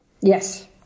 Yes